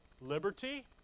liberty